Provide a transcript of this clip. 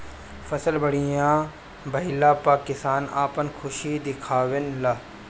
फसल बढ़िया भइला पअ किसान आपन खुशी दिखावे लन